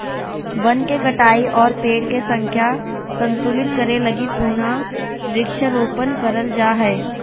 वन के कटाई और पेड़ के संख्या संतुलित करे लगी पुनः वृक्षारोपण करल जा हय